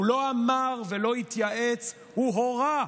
הוא לא אמר ולא התייעץ, הוא הורה,